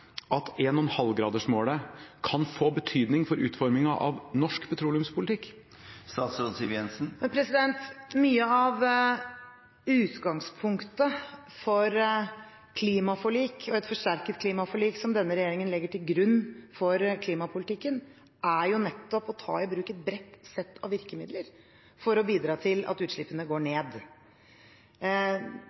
at 1,5-gradersmålet kan få betydning for utformingen av norsk petroleumspolitikk? Mye av utgangspunktet for klimaforlik, og et forsterket klimaforlik, som denne regjeringen legger til grunn for klimapolitikken, er nettopp å ta i bruk et bredt sett av virkemidler for å bidra til at utslippene går ned.